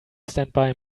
standby